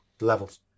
levels